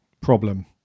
problem